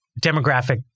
demographic